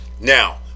Now